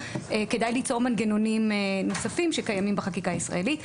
כדאי ליצור מנגנונים נוספים שקיימים בחקיקה הישראלית,